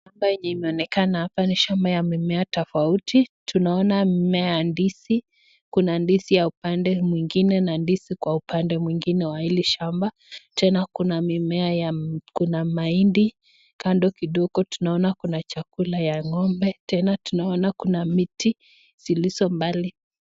Shamba yenye inaonekana hapa ni shamba ya mimea tofauti. Tunaona mimea ya ndizi. Kuna ndizi ya upande mwingine na ndizi kwa upande mwingine wa hili shamba. Tena kuna mahindi, kando kidogo tunaona kuna chakula ya ng'ombe, tena tunaona kuna miti zilizo mbali.